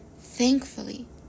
Thankfully